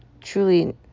truly